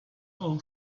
all